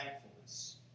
thankfulness